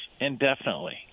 indefinitely